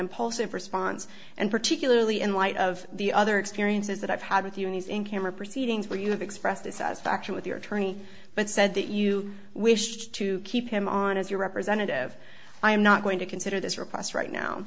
impulsive response and particularly in light of the other experiences that i've had with you in these in camera proceedings where you have expressed dissatisfaction with your attorney but said that you wish to keep him on as your representative i am not going to consider this request right now